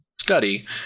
study